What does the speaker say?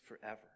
forever